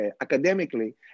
academically